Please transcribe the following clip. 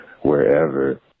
wherever